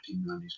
1990s